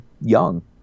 young